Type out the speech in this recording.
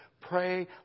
Pray